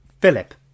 Philip